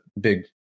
big